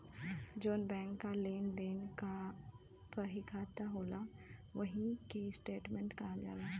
जौन बैंक क लेन देन क बहिखाता होला ओही के स्टेट्मेंट कहल जाला